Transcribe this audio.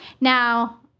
Now